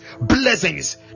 blessings